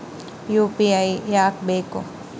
UPI ಯಾಕ್ ಬೇಕು?